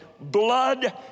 blood